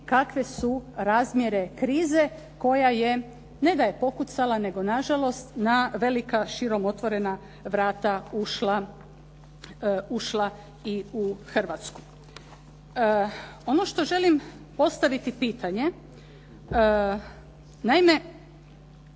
kakve su razmjere krize koja je ne da je pokucala nego nažalost na velika širom otvorena vrata ušla i u Hrvatsku. Ono što želim postaviti pitanje. Naime,